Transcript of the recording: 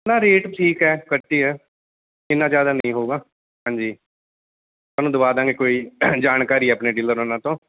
ਨਾ ਰੇਟ ਠੀਕ ਹੈ ਘੱਟ ਹੀ ਹੈ ਇੰਨਾ ਜ਼ਿਆਦਾ ਨਹੀਂ ਹੋਊਗਾ ਹਾਂਜੀ ਤੁਹਾਨੂੰ ਦਵਾ ਦਾਂਗੇ ਕੋਈ ਜਾਣਕਾਰ ਹੀ ਹੈ ਆਪਣੇ ਡੀਲਰ ਉਹਨਾਂ ਤੋਂ